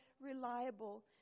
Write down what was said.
reliable